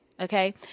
Okay